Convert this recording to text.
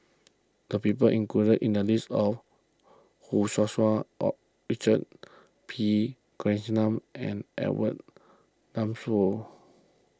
the people included in the list are Hu Tsu Tau Richard P Krishnan and Edwin Thumboo